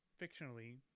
fictionally